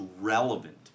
relevant